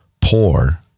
poor